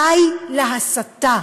די להסתה.